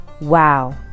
Wow